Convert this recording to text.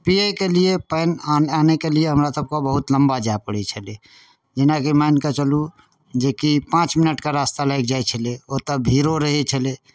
पियैके लिए पानि आन आनयके लिए हमरासभकेँ बहुत लम्बा जाय पड़ै छलै जेनाकि मानि कऽ चलू जेकि पाँच मिनटके रास्ता लागि जाइ छलै ओतय भीड़ो रहै छलै